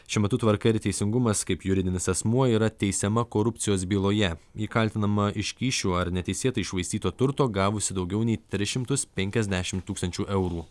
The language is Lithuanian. šiuo metu tvarka ir teisingumas kaip juridinis asmuo yra teisiama korupcijos byloje ji kaltinama iš kyšių ar neteisėtai iššvaistyto turto gavusi daugiau nei tris šimtus penkiasdešim tūkstančių eurų